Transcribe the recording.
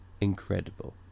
incredible